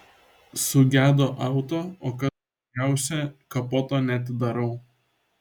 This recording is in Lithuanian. sugedo auto o kas blogiausia kapoto neatidarau